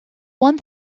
one